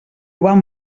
vam